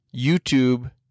YouTube